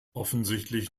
offensichtlich